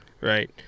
Right